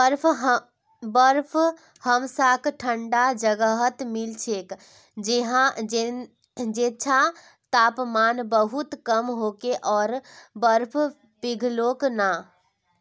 बर्फ हमसाक ठंडा जगहत मिल छेक जैछां तापमान बहुत कम होके आर बर्फ पिघलोक ना